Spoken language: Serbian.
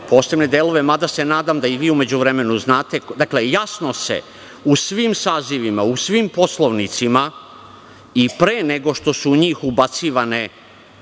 posebne delove, mada se nadam da i vi u međuvremenu znate. Dakle, jasno se u svim sazivima, u svim poslovnicima i pre nego što su u njih ubacivane